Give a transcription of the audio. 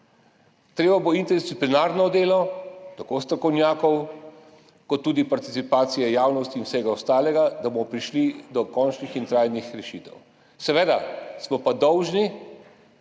Potrebno bo interdisciplinarno delo, tako strokovnjakov kot tudi participacija javnosti in vseh ostalih, da bomo prišli do končnih in trajnih rešitev. Seveda smo pa dolžni